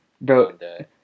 Bro